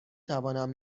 توانم